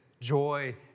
joy